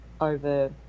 over